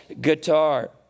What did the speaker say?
guitar